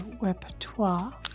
repertoire